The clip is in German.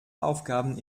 aufgaben